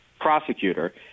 Prosecutor